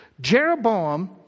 Jeroboam